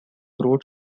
broad